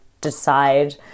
decide